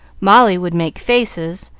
molly would make faces,